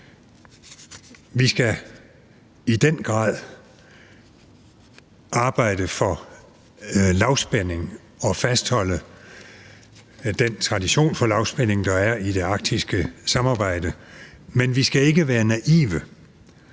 Vi skal i den grad arbejde for lavspænding og fastholde den tradition for lavspænding, der er i det arktiske samarbejde. Men vi skal ikke være naive,